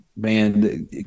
Man